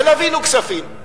ולווינו כספים,